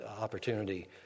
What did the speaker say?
opportunity